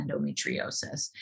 endometriosis